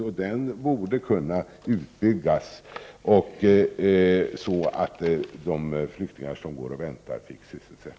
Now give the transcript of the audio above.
Den försöksverksamheten borde kunna byggas ut, så att de flyktingar som går och väntar får sysselsättning.